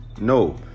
No